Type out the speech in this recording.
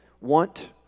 want